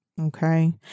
Okay